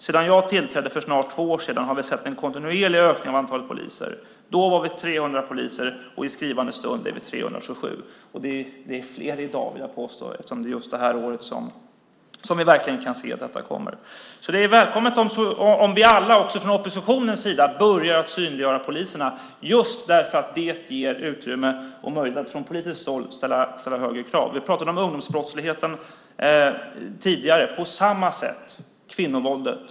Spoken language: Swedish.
Sedan jag tillträdde för snart två år sedan har det skett en kontinuerlig ökning av antalet poliser. Då var vi 300 poliser. I skrivande stund är vi 327. Det är fler i dag, vill jag påstå, eftersom det är just det här året som vi verkligen kan se att detta kommer. Det är välkommet om vi alla, också från oppositionens sida, börjar synliggöra poliserna, för det ger utrymme och möjlighet att från politiskt håll ställa högre krav. Vi pratade om ungdomsbrottsligheten tidigare. Det är samma sak med kvinnovåldet.